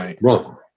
wrong